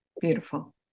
beautiful